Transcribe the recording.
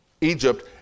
Egypt